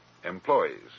employees